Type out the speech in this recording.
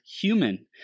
human